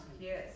Yes